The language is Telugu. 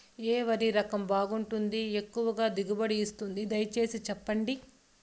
ఏ వరి రకం బాగుంటుంది, ఎక్కువగా దిగుబడి ఇస్తుంది దయసేసి చెప్పండి?